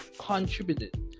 contributed